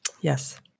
Yes